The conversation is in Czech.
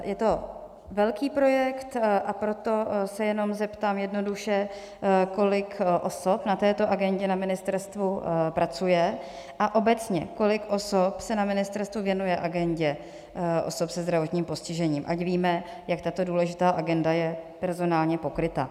Je to velký projekt, a proto se jenom zeptám jednoduše, kolik osob na této agendě na ministerstvu pracuje, a obecně kolik osob se na ministerstvu věnuje agendě osob se zdravotním postižením, ať víme, jak tato důležitá agenda je personálně pokryta.